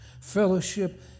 Fellowship